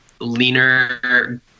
leaner